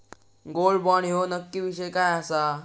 Gold bond ह्यो नक्की विषय काय आसा?